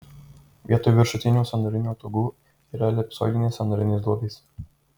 vietoj viršutinių sąnarinių ataugų yra elipsoidinės sąnarinės duobės